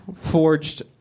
forged